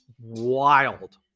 wild